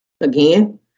again